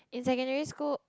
in secondary school